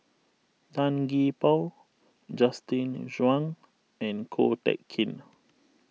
Tan Gee Paw Justin Zhuang and Ko Teck Kin